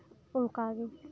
ᱚᱱᱠᱟᱜᱮ